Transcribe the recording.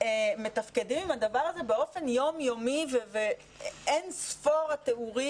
מתפקדים עם הדבר הזה באופן יום יומי ואין ספור תיאורים